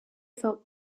felt